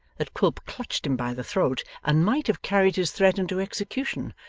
that quilp clutched him by the throat and might have carried his threat into execution,